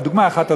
אבל דוגמה אחת,